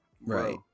right